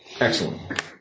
Excellent